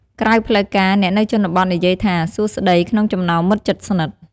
ក្រៅផ្លូវការ អ្នកនៅជនបទនិយាយថា «សួស្ដី» ក្នុងចំណោមមិត្តជិតស្និទ្ធ។